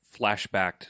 flashbacked